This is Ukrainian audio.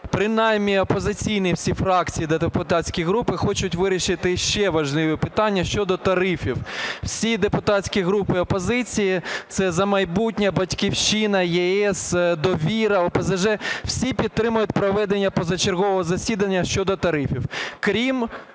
принаймні опозиційні всі фракції та депутатські групи хочуть вирішити ще важливі питання щодо тарифів. Всі депутатські групи опозиції – це "За майбутнє", "Батьківщина", "ЄС", "Довіра", ОПЗЖ - всі підтримують проведення позачергового засідання щодо тарифів.